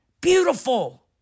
beautiful